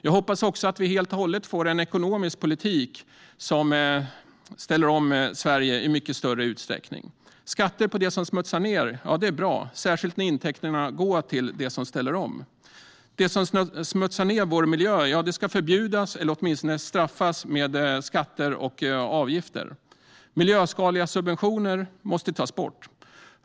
Jag hoppas också att vi helt och hållet får en ekonomisk politik som ställer om Sverige i mycket större utsträckning. Skatter på sådant som smutsar ned är bra, särskilt när intäkterna går till det som ställer om. Det som smutsar ned vår miljö ska förbjudas eller åtminstone straffas med skatter och avgifter. Miljöskadliga subventioner måste tas bort.